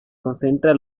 concentra